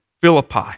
Philippi